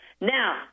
now